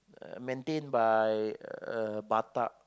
uh maintained by a batak